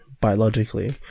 biologically